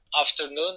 afternoon